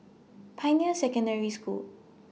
Pioneer Secondary School